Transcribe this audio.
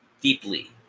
deeply